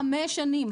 חמש שנים.